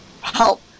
help